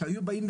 שהיו באים,